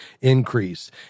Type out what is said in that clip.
increase